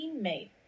teammate